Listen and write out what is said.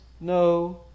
no